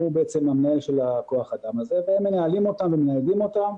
הוא בעצם המנהל של כוח האדם הזה והם מנהלים אותם ומניידים אותם.